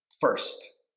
first